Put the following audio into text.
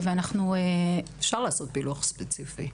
אפשר לעשות פילוח ספציפי.